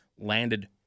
landed